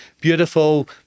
beautiful